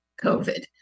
COVID